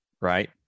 Right